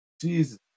Jesus